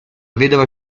vedova